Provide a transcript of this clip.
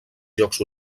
jocs